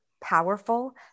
powerful